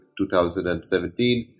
2017